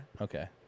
Okay